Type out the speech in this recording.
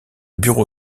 bureau